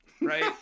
right